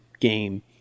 game